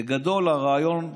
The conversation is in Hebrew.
בגדול, הרעיון הוא,